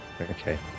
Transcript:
okay